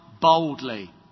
boldly